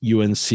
unc